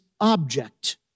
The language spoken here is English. object